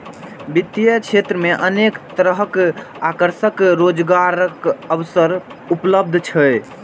वित्तीय क्षेत्र मे अनेक तरहक आकर्षक रोजगारक अवसर उपलब्ध छै